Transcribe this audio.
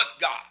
God